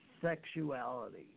sexuality